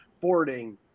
boarding